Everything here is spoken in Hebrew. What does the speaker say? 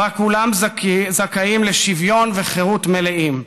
ובה כולם זכאים לשוויון וחירות מלאים.